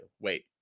Wait